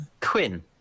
Quinn